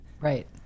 Right